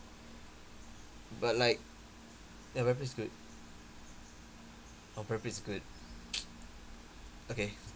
but like ya brad pitt is good oh brad pitt is good okay